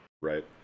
Right